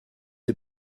est